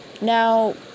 Now